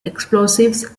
explosives